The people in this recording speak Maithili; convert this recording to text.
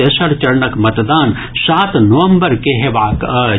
तेसर चरणक मतदान सात नवम्बर के हेबाक अछि